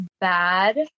bad